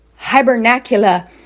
hibernacula